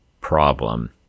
problem